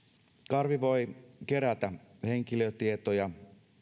karvi voi kerätä henkilötietoja